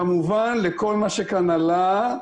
כמובן, לכל מה שכן עלה.